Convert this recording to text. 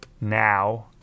Now